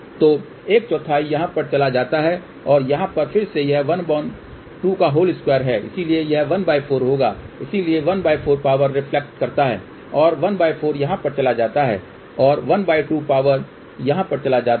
तो एक चौथाई यहाँ पर चला जाता है और यहाँ पर फिर से यह 122 है इसलिए यह ¼ होगा इसलिए ¼ वापस रिफ्लेट करता है और ¼ यहाँ पर चला जाता है और ½ पावर यहाँ पर चला जाता है